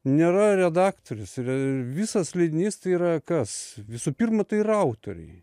nėra redaktorius ir visas leidinys tai yra kas visų pirma tai yra autoriai